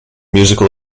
musical